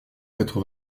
quatre